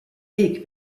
weg